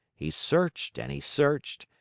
he searched and he searched,